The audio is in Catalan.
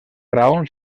raons